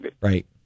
Right